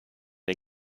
den